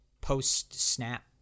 post-snap